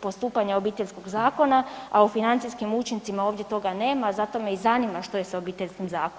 postupanja Obiteljskog zakona, a u financijskim učincima ovdje toga nema zato me i zanima što je sa Obiteljskim zakonom.